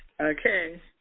Okay